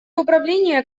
управление